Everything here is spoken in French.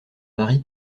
mari